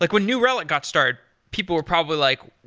like when new relic got started, people were probably like,